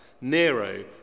nero